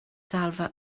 ddalfa